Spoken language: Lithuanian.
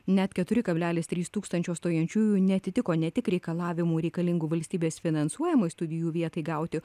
net keturi kablelis trys tūkstančio stojančiųjų neatitiko ne tik reikalavimų reikalingų valstybės finansuojamai studijų vietai gauti